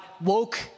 woke